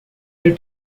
elle